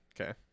okay